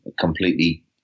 completely